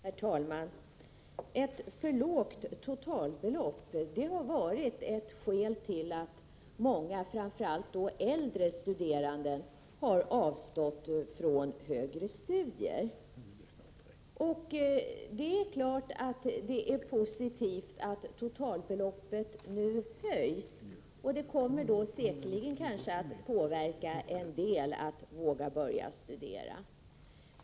Herr talman! Ett för lågt totalbelopp har varit ett skäl till att många, framför allt äldre studerande, har avstått från högre studier. Det är klart att det är positivt att totalbeloppet nu höjs. Det kommer säkerligen att göra att en del vågar börja studera.